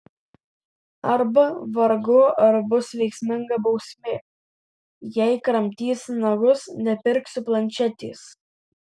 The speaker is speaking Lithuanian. arba vargu ar bus veiksminga bausmė jei kramtysi nagus nepirksiu planšetės